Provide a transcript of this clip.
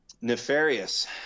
nefarious